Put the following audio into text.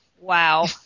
Wow